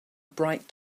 bright